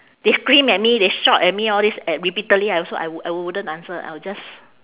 they scream at me they shout at me all these at repeatedly I also I would I wouldn't answer I will just